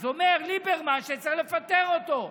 אז אומר ליברמן שצריך לפטר אותו.